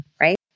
right